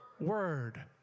Word